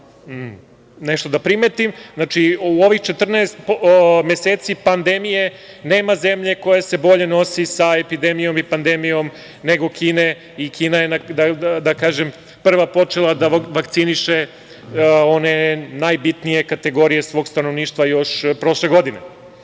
nešto da primetim, znači, u ovih 14 meseci pandemije nema zemlje koja se bolje nosi sa epidemijom i pandemijom nego Kina, da kažem ona je prva počela da vakciniše one najbitnije kategorije stanovništva još prošle godine. Znači,